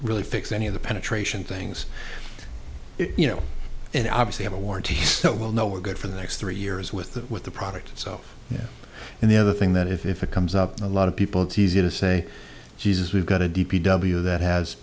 really fix any of the penetration things you know and obviously have a warranty so we'll know we're good for the next three years with the with the product itself and the other thing that if it comes up a lot of people it's easy to say jesus we've got to d p w that has